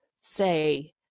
say